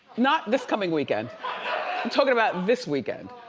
not this coming weekend, i'm talking about this weekend.